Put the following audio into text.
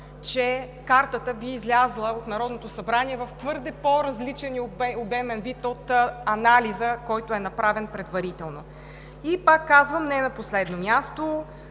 че Картата би излязла от Народното събрание в твърде по-различен и обемен вид от анализа, който е направен предварително. Пак казвам, не на последно място,